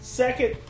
second